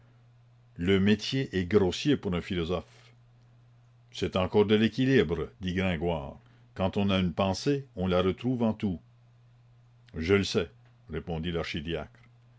le métier est grossier pour un philosophe c'est encore de l'équilibre dit gringoire quand on a une pensée on la retrouve en tout je le sais répondit